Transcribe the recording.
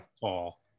fall